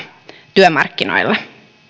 työmarkkinoilla